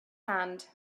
hand